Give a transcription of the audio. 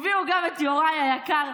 הביאו גם את יוראי היקר,